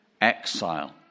exile